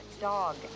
dog